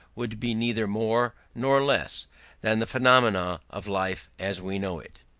would be neither more nor less than the phenomena of life as we know it.